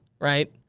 right